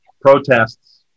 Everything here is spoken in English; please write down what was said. protests